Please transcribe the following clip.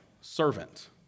servant